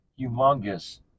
humongous